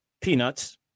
peanuts